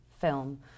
film